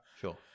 Sure